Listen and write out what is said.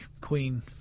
Queen